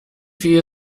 fee